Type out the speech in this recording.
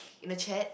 in the chat